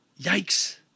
Yikes